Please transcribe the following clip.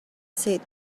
seh